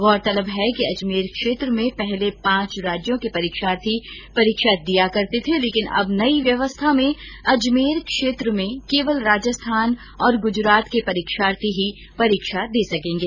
गौरतलब है कि अजमेर क्षेत्र में पहले पांच राज्यों के परीक्षार्थी परीक्षा दिया करते थे लेकिन अब नयी व्यवस्था में अजमेर क्षेत्र में केवल राजस्थान और गुजरात के परीक्षार्थी ही परीक्षा दे सकेंगे